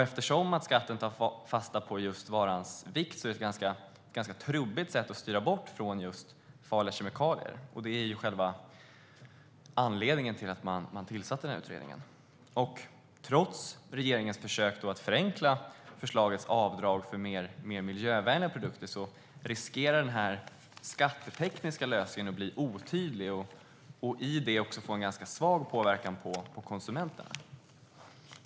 Eftersom skatten tar fasta på just varans vikt är det ett ganska trubbigt sätt att styra bort från just farliga kemikalier, var själva syftet med att man tillsatte denna utredning. Trots regeringens försök att förenkla förslagets avdrag för mer miljövänliga produkter riskerar denna skattetekniska lösning att bli otydlig och få en ganska svag påverkan på konsumenterna.